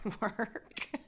work